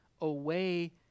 away